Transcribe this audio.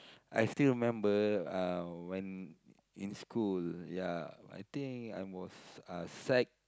I still remember uh when in school yeah I think I was uh sec